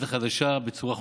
הכוללנית החדשה בצורה חוקית.